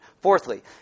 Fourthly